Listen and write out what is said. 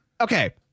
okay